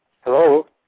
Hello